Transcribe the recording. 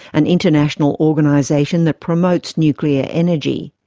an international organisation that promotes nuclear energy.